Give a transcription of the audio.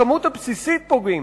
בכמות הבסיסית פוגעים.